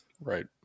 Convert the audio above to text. Right